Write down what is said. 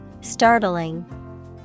Startling